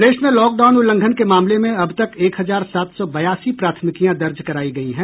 प्रदेश में लॉकडाउन उल्लंघन के मामले में अब तक एक हजार सात सौ बयासी प्राथमिकियां दर्ज करायी गयी हैं